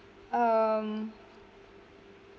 um